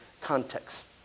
context